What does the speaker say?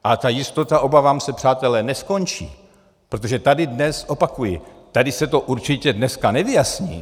A ta jistota, obávám se, přátelé, neskončí, protože tady se to dneska, opakuji, tady se to určitě dneska nevyjasní.